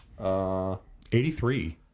83